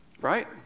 right